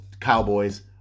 cowboys